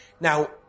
Now